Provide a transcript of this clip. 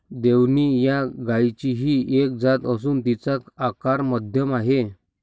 देवणी या गायचीही एक जात असून तिचा आकार मध्यम आहे